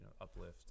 uplift